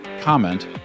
comment